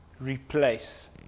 replace